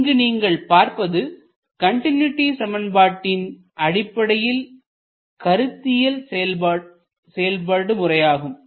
இங்கு நீங்கள் பார்ப்பது கண்டினூட்டி சமன்பாட்டின் அடிப்படையில் கருத்தியல் செயல்பாடு முறையாகும்